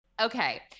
Okay